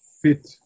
fit